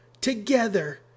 Together